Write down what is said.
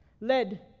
led